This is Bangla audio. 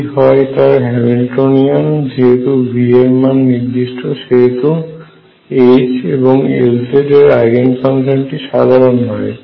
এটি হয় তার হ্যামিল্টনীয়ান যেহেত V এর মান নির্দিষ্ট সেহেতু H এবং Lz এর আইগেন ফাংশনটি সাধারন হয়